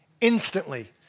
instantly